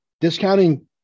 discounting